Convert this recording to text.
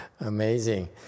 Amazing